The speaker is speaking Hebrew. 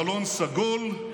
בלון סגול,